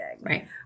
right